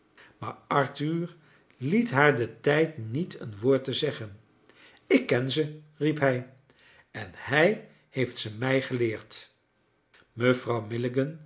maar arthur liet haar den tijd niet een woord te zeggen ik ken ze riep hij en hij heeft ze mij geleerd mevrouw